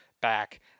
back